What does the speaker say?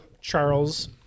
Charles